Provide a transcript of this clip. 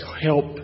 help